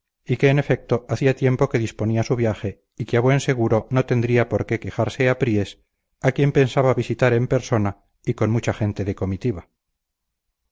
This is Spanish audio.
y que en efecto hacía tiempo que disponía su viaje y que a buen seguro no tendría por qué quejarse apríes a quien pensaba visitar en persona y con mucha gente de comitiva